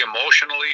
emotionally